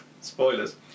Spoilers